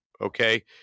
okay